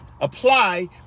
apply